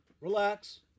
Relax